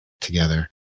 together